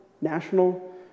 national